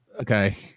okay